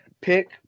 pick